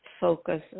focus